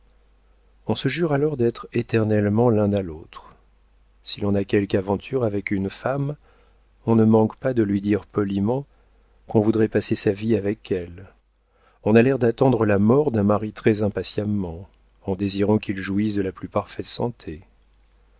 on se jure alors d'être éternellement l'un à l'autre si l'on a quelque aventure avec une femme on ne manque pas de lui dire poliment qu'on voudrait passer sa vie avec elle on a l'air d'attendre la mort d'un mari très impatiemment en désirant qu'il jouisse de la plus parfaite santé